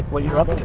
what you're up to,